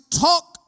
talk